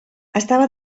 estava